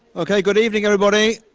okay good evening, everybody!